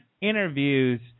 interviews